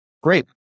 Great